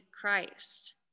Christ